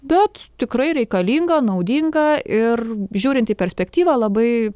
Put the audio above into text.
bet tikrai reikalinga naudinga ir žiūrint į perspektyvą labai